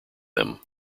them